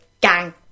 gang